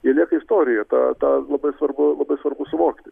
jie lieka istorija tą tą labai svarbu labai svarbu suvokti